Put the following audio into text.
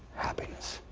happiness.